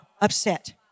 upset